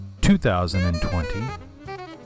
2020